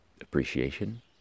appreciation